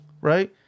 right